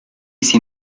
sin